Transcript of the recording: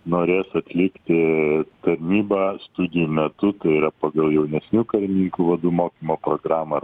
norės atlikti tamybą studijų metu tai yra pagal jaunesnių karininkų vadų mokymo programą